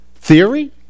Theory